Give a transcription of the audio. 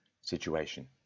situation